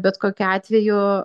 bet kokiu atveju